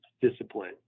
Discipline